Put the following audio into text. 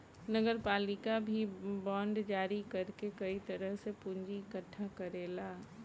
नगरपालिका भी बांड जारी कर के कई तरह से पूंजी इकट्ठा करेला